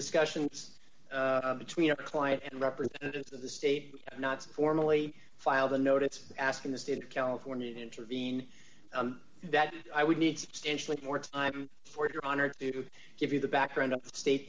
discussions between a client and representatives of the state not to formally filed a notice asking the state of california intervene that i would need substantially more time for your honor to give you the background